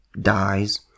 dies